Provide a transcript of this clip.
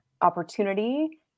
opportunity